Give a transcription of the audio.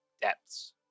depths